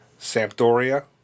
Sampdoria